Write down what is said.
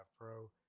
Pro